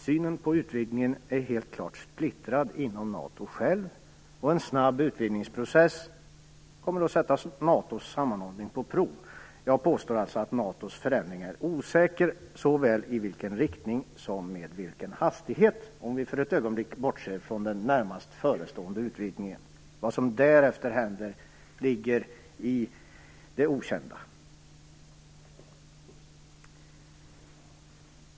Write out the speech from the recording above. Synen på utvidgningen är helt klart splittrad inom NATO självt, och en snabb utvidgningsprocess kommer att sätta NATO:s sammanhållning på prov. Jag påstår alltså att NATO:s förändring är osäker. Det gäller såväl i vilken riktning som med vilken hastighet, om vi för ett ögonblick bortser från den närmast förestående utvidgningen. Vad som därefter händer ligger i det okända.